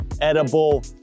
edible